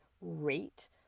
rate